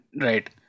Right